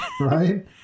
right